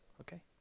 Okay